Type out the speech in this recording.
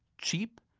cheap,